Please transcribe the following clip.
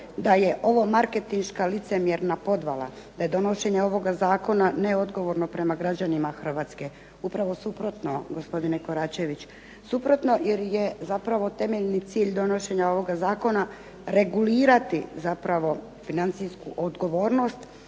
da je ovo marketinška licemjerna podvala, da je donošenje ovoga zakona neodgovorno prema građanima Hrvatske. Upravo suprotno gospodine Koračević. Suprotno jer je temeljni cilj donošenja ovog zakona regulirati financijsku odgovornost,